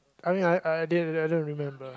only I didn't I don't remember